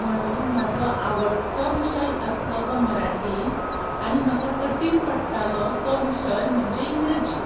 म्हणून म्हाजो आवडतो विशय आसलो तो मराठी आनी म्हाका कठीण पडटालो तो विशय म्हणजे इंग्रजी